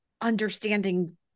understanding